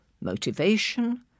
motivation